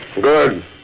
Good